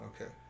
Okay